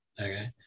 Okay